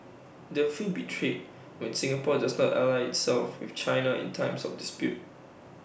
the feel betrayed when Singapore does not align itself with China in times of dispute